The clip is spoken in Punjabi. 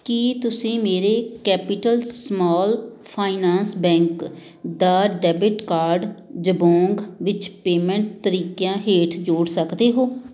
ਕੀ ਤੁਸੀਂਂ ਮੇਰੇ ਕੈਪੀਟਲ ਸਮੋਲ ਫਾਈਨਾਂਸ ਬੈਂਕ ਦਾ ਡੈਬਿਟ ਕਾਰਡ ਜਬੋਂਗ ਵਿੱਚ ਪੇਮੈਂਟ ਤਰੀਕਿਆਂ ਹੇਠ ਜੋੜ ਸਕਦੇ ਹੋ